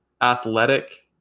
athletic